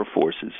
forces